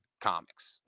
comics